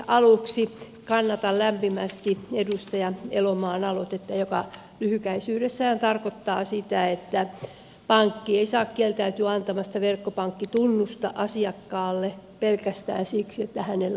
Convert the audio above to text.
aluksi kannatan lämpimästi edustaja elomaan aloitetta joka lyhykäisyydessään tarkoittaa sitä että pankki ei saa kieltäytyä antamasta verkkopankkitunnuksia asiakkaalle pelkästään siksi että hänellä on maksuhäiriö